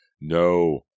No